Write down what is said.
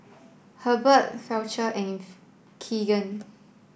Hurbert Fletcher and Keegan